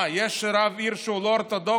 מה, יש רב עיר שהוא לא אורתודוקסי?